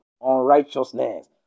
unrighteousness